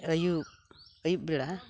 ᱟᱹᱭᱩᱵ ᱟᱭᱩᱵ ᱵᱮᱲᱟ